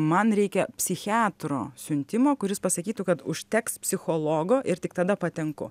man reikia psichiatro siuntimo kuris pasakytų kad užteks psichologo ir tik tada patenku